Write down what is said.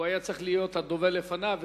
והוא היה צריך להיות הדובר לפניו,